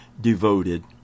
devoted